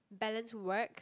balance work